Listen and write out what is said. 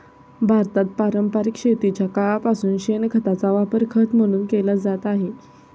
भारतात पारंपरिक शेतीच्या काळापासून शेणखताचा वापर खत म्हणून केला जात आहे